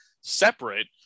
separate